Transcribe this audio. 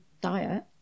diet